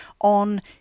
on